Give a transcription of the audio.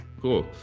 cool